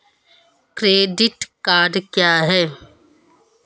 Credit card क्या है?